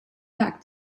back